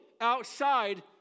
outside